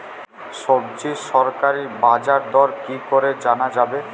সবজির সরকারি বাজার দর কি করে জানা যাবে?